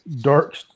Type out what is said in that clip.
dark